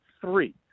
three